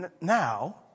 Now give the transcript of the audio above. now